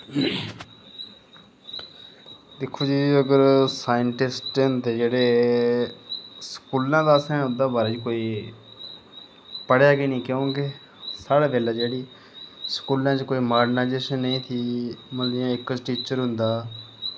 दिक्खो जी अगर साईंटिस्ट होंदे जेह्ड़े स्कूलैं दा असैं उंदे बारे कोई पढ़ेआ गै नी क्योंकि साढ़ै बेल्लै जेह्ड़ी स्कूलैं च कोई मार्डनायेशन नेईं ही मतलव कि इक टीचर होंदा